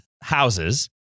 houses